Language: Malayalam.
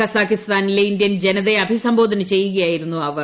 കസാഖ്സ്ഥാനിലെ ഇന്ത്യൻ ജനതയെ അഭിസംബോധന ചെയ്യുകയായിരുന്നു അവർ